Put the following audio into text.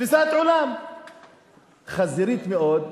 תפיסת עולם חזירית מאוד,